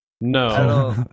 no